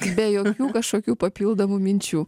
be jokių kažkokių papildomų minčių